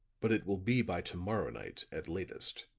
but it will be by to-morrow night at latest.